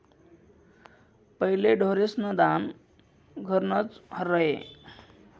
पहिले ढोरेस्न दान घरनंच र्हाये